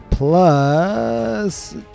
Plus